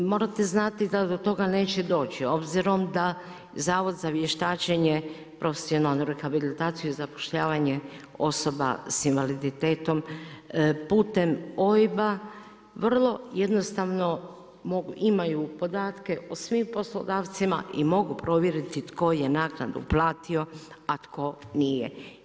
Morate znati da do toga neće doći, obzirom da Zavod za vještačenje, profesionalnu rehabilitaciju i zapošljavanje osoba s invaliditetom putem OIB-a vrlo jednostavno imaju podatke o svim poslodavcima i mogu provjeriti tko je naknadu platio, a tko nije.